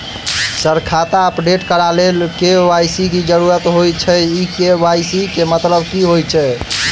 Sir खाता update करऽ लेल के.वाई.सी की जरुरत होइ छैय इ के.वाई.सी केँ मतलब की होइ छैय?